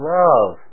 love